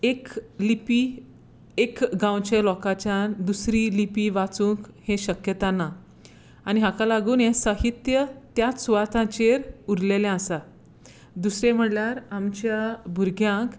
एक लिपी एक गांवच्या लोकांच्यान दुसरी लिपी वाचूंक हें शक्यता ना आनी ताका लागून हें साहित्य त्याच सुवातांचेर उरलेलें आसा दुसरें म्हणल्यार आमच्या भुरग्यांक